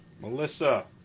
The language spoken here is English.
Melissa